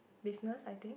business I think